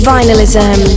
Vinylism